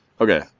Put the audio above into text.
Okay